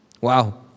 Wow